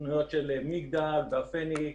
סוכנויות של מגדל והפניקס,